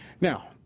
Now